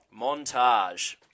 montage